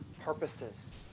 purposes